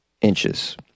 inches